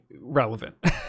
relevant